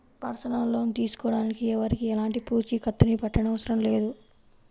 personal loan తీసుకోడానికి ఎవరికీ ఎలాంటి పూచీకత్తుని పెట్టనవసరం లేదు